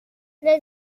مثل